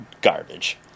garbage